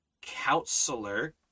counselor